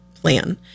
plan